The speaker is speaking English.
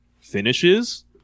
finishes